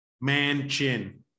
Man-chin